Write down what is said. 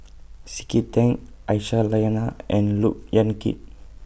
C K Tang Aisyah Lyana and Look Yan Kit